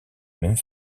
même